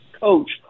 coach